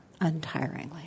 untiringly